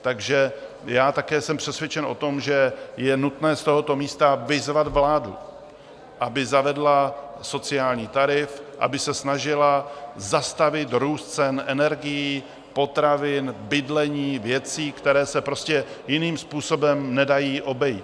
Takže já také jsem přesvědčen o tom, že je nutné z tohoto místa vyzvat vládu, aby zavedla sociální tarif, aby se snažila zastavit růst cen energií, potravin, bydlení, věcí, které se prostě jiným způsobem nedají obejít.